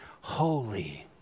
holy